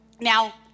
Now